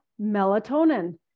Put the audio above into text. melatonin